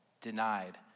denied